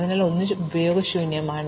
അതിനാൽ 1 ഉപയോഗശൂന്യമാണ്